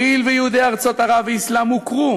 הואיל ויהודי ארצות ערב והאסלאם הוכרו